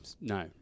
no